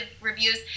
reviews